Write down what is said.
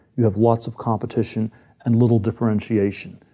you have lots of competition and little differentiation.